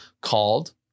called